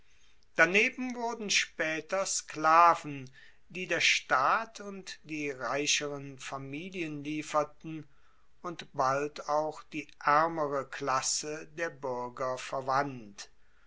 daneben wurden spaeter sklaven die der staat und die reicheren familien lieferten und bald auch die aermere klasse der buerger verwandt